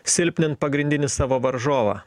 silpnint pagrindinį savo varžovą